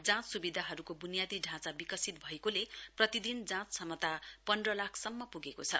जाँच सुविधाहरूको बुनियादी ढाँचा विकसित भएकोले प्रतिदिन जाँच क्षमता पन्ध लाख सम्म पुगेको छ